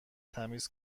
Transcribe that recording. تمیز